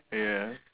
ya